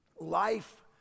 Life